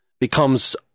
becomes